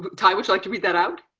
but ty, would you like to read that out?